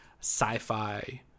sci-fi